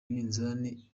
iminzani